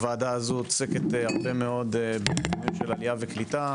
הוועדה הזאת עוסקת בהרבה מאוד עניינים של עלייה וקליטה,